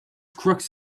crooks